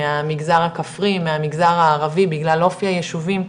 מהמגזר הכפרי מהמגזר הערבי בגלל אופי היישובים,